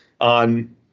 on